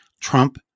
Trump